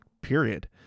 period